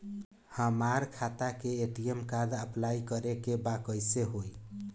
हमार खाता के ए.टी.एम कार्ड अप्लाई करे के बा कैसे होई?